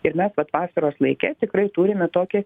ir mes vat vasaros laike tikrai turime tokį